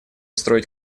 строить